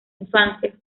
infancia